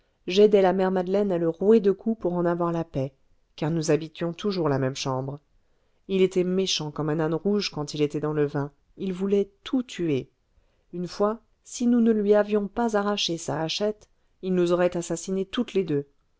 j'aidais la mère madeleine à le rouer de coups pour en avoir la paix car nous habitions toujours la même chambre il était méchant comme un âne rouge quand il était dans le vin il voulait tout tuer une fois si nous ne lui avions pas arraché sa hachette il nous aurait assassinées toutes les deux